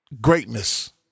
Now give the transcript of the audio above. greatness